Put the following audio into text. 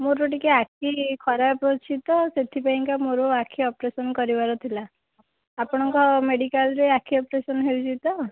ମୋର ଟିକିଏ ଆଖି ଖରାପ୍ ଅଛି ତ ସେଥିପାଇଁକା ମୋର ଆଖି ଅପରେସନ୍ କରିବାର ଥିଲା ଆପଣଙ୍କ ମେଡ଼ିକାଲରେ ଆଖି ଅପରେସନ୍ ହେଉଛି ତ